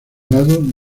lado